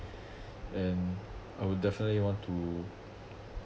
and I would definitely want to